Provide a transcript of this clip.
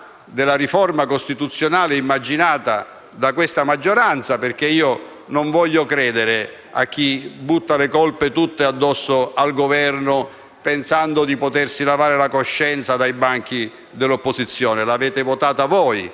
della riforma costituzionale immaginata da questa maggioranza. Io, infatti, non voglio credere a chi butta tutte le colpe addosso al Governo, pensando di potersi lavare la coscienza dai banchi dell'opposizione. Voi avete votato